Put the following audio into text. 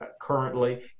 currently